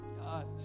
God